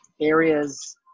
areas